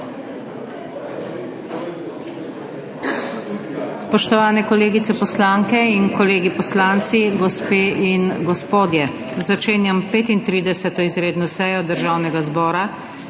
Spoštovani kolegice poslanke in kolegi poslanci, gospe in gospodje! Nadaljujemo s prekinjeno sejo Državnega zbora